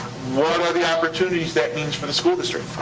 what are the opportunities that means for the school district?